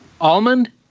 Almond